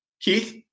Keith